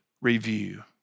review